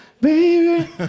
baby